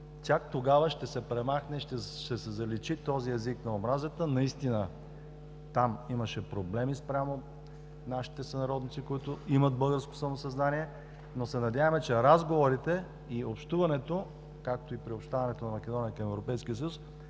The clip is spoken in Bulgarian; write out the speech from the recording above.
Чак тогава ще се премахне и ще се заличи този език на омразата. Наистина там имаше проблеми спрямо нашите сънародници, които имат българско самосъзнание, но се надяваме, че разговорите и общуването, както и приобщаването на Македония към Европейския съюз,